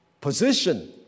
Position